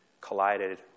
collided